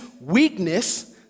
weakness